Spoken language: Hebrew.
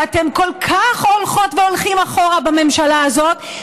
ואתם כל כך הולכות והולכים אחורה בממשלה הזאת,